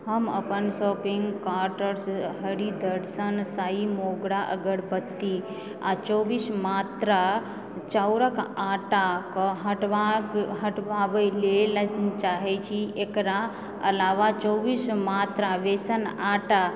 हम अपन शॉपिंग कार्टसँ हरिदर्शन साइ मोगरा अगरबत्ती आ चौबीस मात्रा चाउरक आटाक हटबाक हटबाबय लेल हम चाहैत छी एकरा आलावा चौबीस मात्रा बेसन आटा